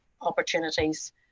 opportunities